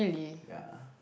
ya